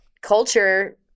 Culture